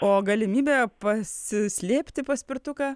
o galimybė pasislėpti paspirtuką